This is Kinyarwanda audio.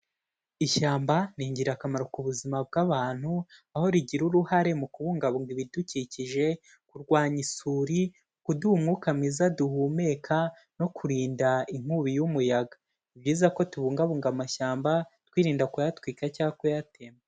Ishyamba ni ingirakamaro ku buzima bw'abantu, aho rigira uruhare mu kubungabunga ibidukikije, kurwanya isuri, kuduha umwuka mwiza duhumeka no kurinda inkubi y'umuyaga, ni byiza ko tubungabunga amashyamba, twirinda kuyatwika cyangwa kuyatemba.